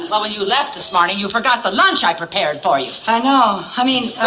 well, when you left this morning, you forgot the lunch i prepared for you. i know. i mean,